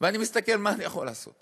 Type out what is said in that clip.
ואני מסתכל, מה אני יכול לעשות,